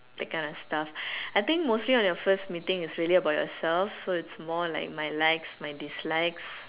that kind of stuffs I think mostly on your first meeting is really about yourself so it's more like my likes my dislikes